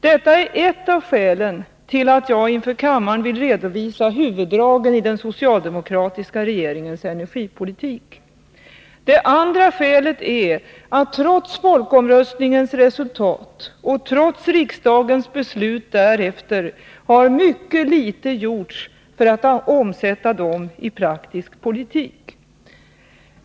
Detta är ett av skälen till att jag inför kammaren vill redovisa huvuddragen i den socialdemokratiska regeringens energipolitik. Det andra skälet är, att trots folkomröstningens resultat och trots riksdagens beslut därefter, har mycket litet gjorts för att omsätta dem i praktisk politik.